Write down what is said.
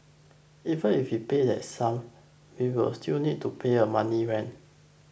even if we pay that sum we will still need to pay a monthly rent